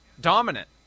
dominant